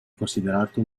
considerato